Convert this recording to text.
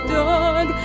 dog